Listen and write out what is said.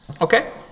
Okay